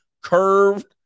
curved